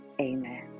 amen